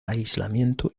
aislamiento